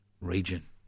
region